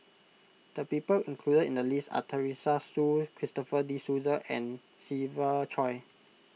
the people included in the list are Teresa Hsu Christopher De Souza and Siva Choy